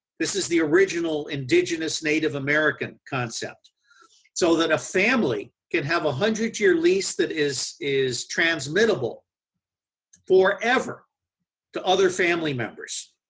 this is the original indigenous native american concept so that a family can have a hundred year lease that is is transmittable forever to other family members,